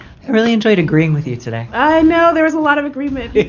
really enjoyed agreeing with you today. i know there is a lot of agreement.